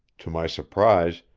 to my surprise,